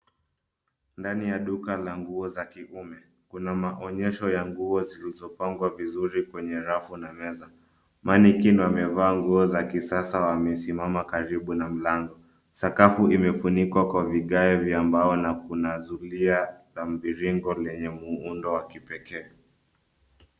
Ndani ya duka za kiume, kuna maonyesho ya nguo zilizopangwa vizuri kwenye rafu na meza. Manikin wamevaa nguo za kisasa, wamesimama karibu na mlango. Sakafu imefunikwa kwa vigae vya mbao na kuna zulia la mviringo lenye muundo wa kipekee.